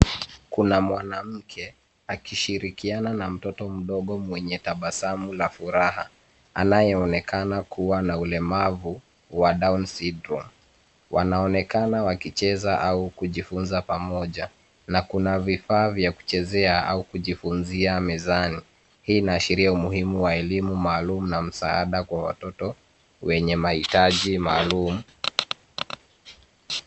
Kuna mwanamke, akishirikiana na mtoto mdogo mwenye tabasamu la furaha, anayeonekana kuwa na ulemavu wa down syndrome . Wanaonekana wakicheza au kujifunza pamoja na kuna vifaa vya kucheza au kujifunzia mezani. Hii inaashiria umuhimu wa elimu maalumu na msaada kwa watoto wenye mahitaji maalumu.